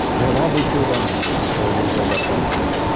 and it won't be too long before these end up like this.